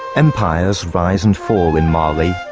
empires rise and fall in mali,